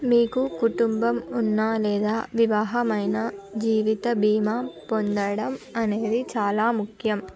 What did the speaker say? మీకు కుటుంబం ఉన్నా లేదా వివాహమైనా జీవిత బీమా పొందడం అనేది చాలా ముఖ్యం